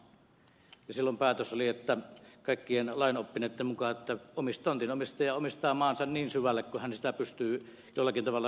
silloin päätös oli että kaikkien lainoppineitten mukaan tontin omistaja omistaa maansa niin syvälle kuin hän sitä pystyy jollakin tavalla hyödyntämään